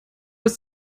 ist